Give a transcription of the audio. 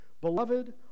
beloved